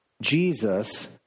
Jesus